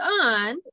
on